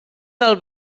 del